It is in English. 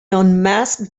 unmasked